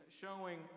Showing